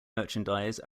merchandise